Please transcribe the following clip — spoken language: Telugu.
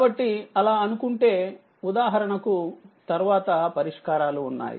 కాబట్టి అలా అనుకుంటే ఉదాహరణకు తర్వాత పరిష్కారాలు ఉన్నాయి